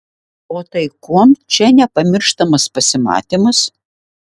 o tai kuom čia nepamirštamas pasimatymas